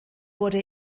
wurde